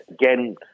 again